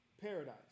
paradise